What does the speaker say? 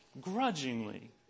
grudgingly